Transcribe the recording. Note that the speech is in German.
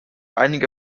einige